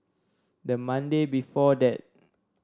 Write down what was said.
the Monday before that